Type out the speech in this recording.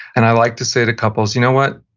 and i like to say to couples, you know what,